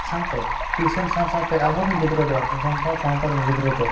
ᱥᱟᱶᱛᱮ ᱥᱟᱶᱼᱥᱟᱶᱛᱮ ᱟᱵᱚᱨᱮᱱ ᱜᱤᱫᱽᱨᱟᱹ ᱫᱚ ᱟᱵᱚ ᱥᱟᱱᱛᱟᱲ ᱥᱟᱶᱛᱟᱨᱮᱱ ᱜᱤᱫᱽᱨᱟᱹ ᱫᱚ